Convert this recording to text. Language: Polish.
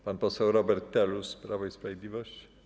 Pan poseł Robert Telus, Prawo i Sprawiedliwość.